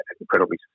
incredibly